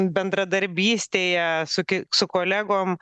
bendradarbystėje su ki su kolegom